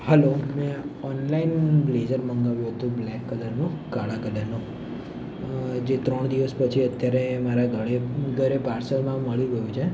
hello મેં online blazer મગાવ્યું હતું બ્લેક કલરનું કાળા કલરનું જે ત્રણ દિવસ પછી અત્યારે મારા ઘળે ઘરે પાર્સલમાં મળી ગયું છે